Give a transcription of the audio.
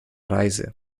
reise